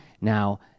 Now